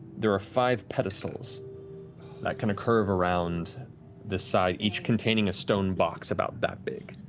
there are five pedestals that kind of curve around this side, each containing a stone box about that big,